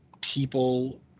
People